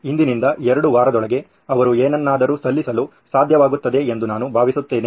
ಇಂದಿನಿಂದ 2 ವಾರದೊಳಗೆ ಅವರು ಏನನ್ನಾದರೂ ಸಲ್ಲಿಸಲು ಸಾಧ್ಯವಾಗುತ್ತದೆ ಎಂದು ನಾನು ಭಾವಿಸುತ್ತೇನೆ